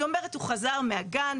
היא אומרת 'הוא חזר מהגן',